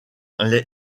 les